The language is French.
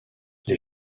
les